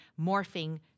morphing